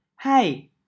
Hey